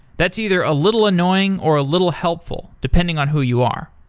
that's either a little annoying or a little helpful depending on who you are.